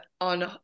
on